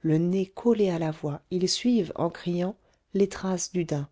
le nez collé à la voie ils suivent en criant les traces du daim